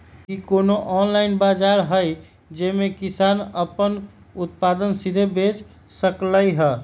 कि कोनो ऑनलाइन बाजार हइ जे में किसान अपन उत्पादन सीधे बेच सकलई ह?